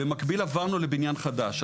במקביל עברנו לבניין חדש.